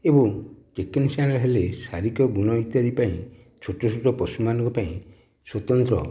ଏବଂ ଏକନିଶାଣରେ ହେଲେ ଶାରୀରିକ ଗୁଣ ଇତ୍ୟାଦି ପାଇଁ ଛୋଟ ଛୋଟ ପଶୁ ମାନଙ୍କ ପାଇଁ ସ୍ୱତନ୍ତ୍ର